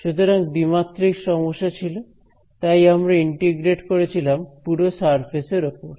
সুতরাং দ্বিমাত্রিক সমস্যা ছিল তাই আমরা ইন্টিগ্রেট করেছিলাম পুরো সারফেস এর ওপর